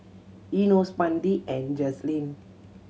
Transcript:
Enos Mandi and Jazlene